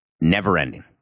never-ending